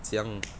怎样